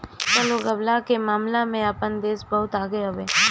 फसल उगवला के मामला में आपन देश बहुते आगे हवे